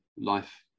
life